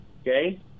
okay